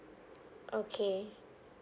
okay